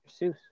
Seuss